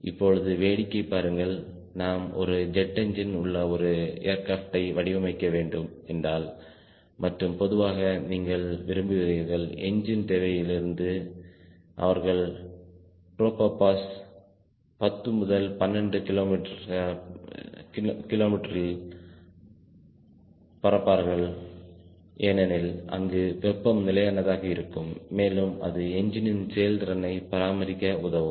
இப்பொழுது வேடிக்கை பாருங்கள் நாம் ஒரு ஜெட் என்ஜின் உள்ள ஒரு ஏர்கிராப்ட் யை வடிவமைக்க வேண்டும் என்றால் மற்றும் பொதுவாக நீங்கள் விரும்புகிறீர்கள் என்ஜின் தேவையிலிருந்து அவர்கள் ட்ரோபோபாசில் 10 முதல் 12 கிலோமீட்டர்சில் பறப்பார்கள் ஏனெனில் அங்கு வெப்பம் நிலையானதாக இருக்கும் மேலும் அது இன்ஜினின் செயல்திறனை பராமரிக்க உதவும்